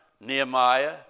Nehemiah